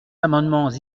amendements